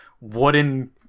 wooden